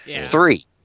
Three